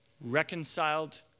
reconciled